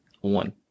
one